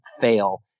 fail